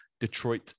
Detroit